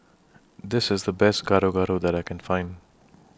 This IS The Best Gado Gado that I Can Find